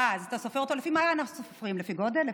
אה, לפי מה אנחנו סופרים, לפי גודל?